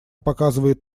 показывает